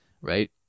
right